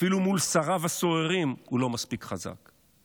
אפילו מול שריו הסוררים הוא לא מספיק חזק.